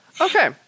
Okay